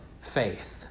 faith